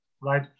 right